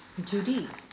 Judy